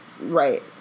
Right